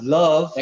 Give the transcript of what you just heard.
love